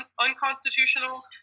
unconstitutional